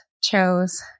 chose